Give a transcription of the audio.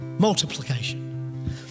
Multiplication